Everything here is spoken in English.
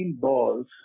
balls